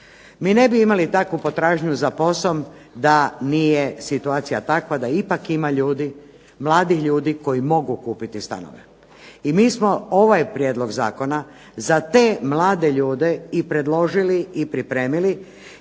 Mi ne bi imali takvu potražnju za poslom da nije situacija takva da ipak ima ljudi, mladih ljudi koji mogu kupiti stanove. I mi smo ovaj prijedlog zakona za te mlade ljude i predložili i pripremili.